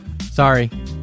sorry